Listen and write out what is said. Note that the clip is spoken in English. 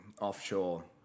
offshore